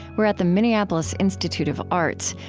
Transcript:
we're at the minneapolis institute of arts,